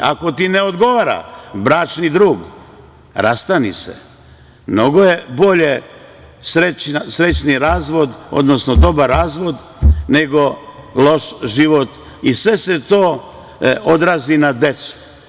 Ako ti ne odgovara bračni drug, rastani se, mnogo je bolje srećni razvod, odnosno dobar razvod, nego loš život i sve se to odrazi na decu.